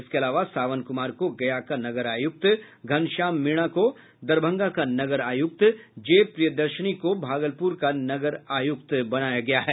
इसके अलावा सावन कुमार को गया का नगर आयुक्त घनश्याम मीणा को दरभंगा का नगर आयुक्त जे प्रियदर्शनी को भागलपुर का नगर आयुक्त बनाया गया है